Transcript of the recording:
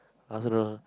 I also don't know